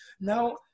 Now